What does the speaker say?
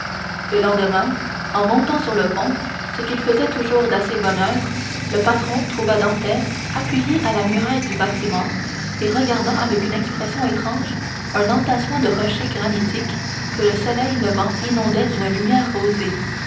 le lendemain en montant sur le pont ce qu'il faisait toujours d'assez bonne heure le patron trouva dantès appuyé à la muraille du bâtiment et regardant avec une expression étrange un entassement de rochers granitiques que le soleil levant inondait d'une lumière rosée